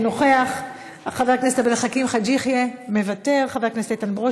את יודעת איך זה עובד.